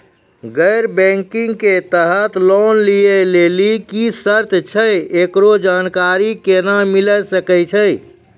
गैर बैंकिंग के तहत लोन लए लेली की सर्त छै, एकरो जानकारी केना मिले सकय छै?